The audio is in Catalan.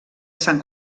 sant